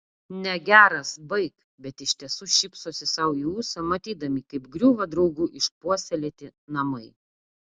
negeras baik bet iš tiesų šypsosi sau į ūsą matydami kaip griūva draugų išpuoselėti namai